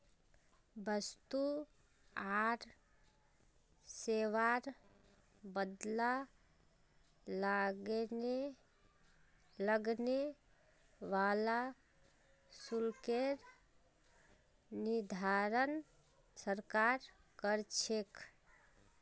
वस्तु आर सेवार बदला लगने वाला शुल्केर निर्धारण सरकार कर छेक